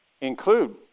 include